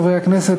חברי הכנסת,